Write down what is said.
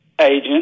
agent